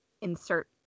Insert